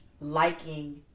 liking